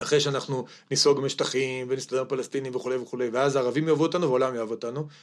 אחרי שאנחנו ניסוג משטחים ונסתדר עם פלסטינים וכולי וכולי ואז הערבים יאהבו אותנו והעולם יאהב אותנו